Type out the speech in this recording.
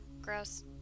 Gross